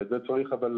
ועל זה צריך אבל,